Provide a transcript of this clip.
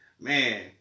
Man